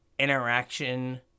interaction